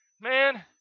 man